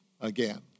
again